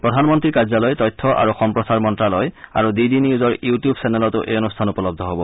প্ৰাধনমন্নীৰ কাৰ্যলয় তথ্য আৰু সম্প্ৰচাৰ মন্নালয় আৰু ডি ডি নিউজৰ ইউটিউব চেনেলতো এই অনুষ্ঠান উপলব্ধ হ'ব